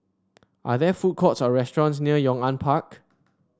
are there food courts or restaurants near Yong An Park